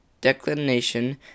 declination